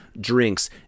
drinks